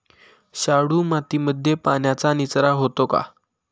शाडू मातीमध्ये पाण्याचा निचरा होतो का?